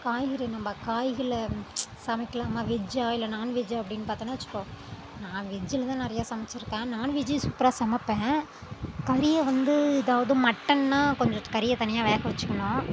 காய்கறி நம்ம காய்களை சமைக்கலாமா வெஜ்ஜா இல்லை நாண்வெஜ்ஜா அப்படினு பார்த்தோனா வச்சிக்கோ நான் வெஜ்ஜுலதான் நிறையா சமைச்சிருக்கேன் நாண்வெஜ் சூப்பராக சமைப்பேன் கறியை வந்து எதாவது மட்டன்னா கொஞ்சம் கறியை தனியாக வேக வச்சிக்கணும்